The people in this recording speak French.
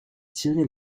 tirer